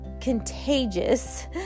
contagious